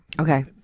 Okay